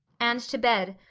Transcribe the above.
and to bed,